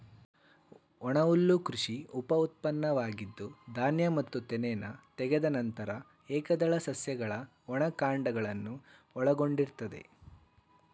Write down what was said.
ಒಣಹುಲ್ಲು ಕೃಷಿ ಉಪಉತ್ಪನ್ನವಾಗಿದ್ದು ಧಾನ್ಯ ಮತ್ತು ತೆನೆನ ತೆಗೆದ ನಂತರ ಏಕದಳ ಸಸ್ಯಗಳ ಒಣ ಕಾಂಡಗಳನ್ನು ಒಳಗೊಂಡಿರ್ತದೆ